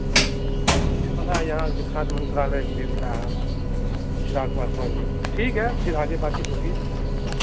ये फिर बना है यहाँ जो खाद मंत्रालय भी मिला है शिवराज पासवान जी को ठीक है फिर आगे बातचीत होगी